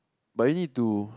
but you need to